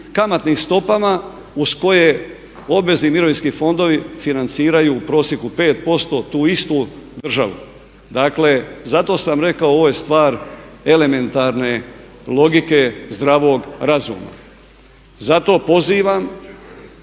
kamatnim stopama uz koje obvezni mirovinski fondovi financiraju u prosjeku 5% tu istu državu. Dakle, zato sam rekao ovo je stvar elementarne logike zdravog razuma. I zato pozivam